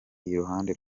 iruhande